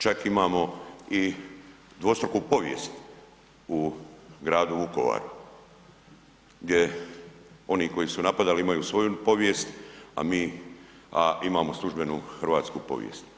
Čak imamo i dvostruku povijest u gradu Vukovaru gdje oni koji su napadali, imaju svoju povijest a mi imamo službenu hrvatsku povijest.